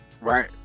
Right